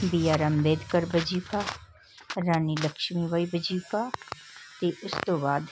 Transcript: B R Ambedkar ਵਜੀਫਾ ਰਾਣੀ ਲਕਸ਼ਮੀ ਬਾਈ ਵਜੀਫਾ ਅਤੇ ਉਸ ਤੋਂ ਬਾਅਦ